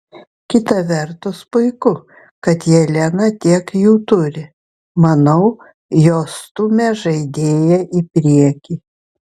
kita vertus puiku kad jelena tiek jų turi manau jos stumia žaidėją į priekį